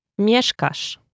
Mieszkasz